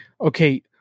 okay